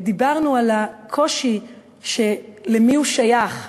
דיברנו על הקושי: למי הוא שייך,